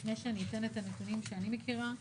לפני שאני אתן את הנתונים שאני מכירה.